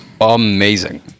amazing